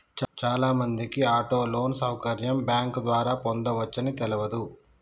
చాలామందికి auto loan సౌకర్యం bank ద్వారా పొందవచ్చని తెలవదు